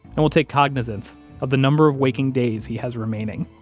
and will take cognizance of the number of waking days he has remaining,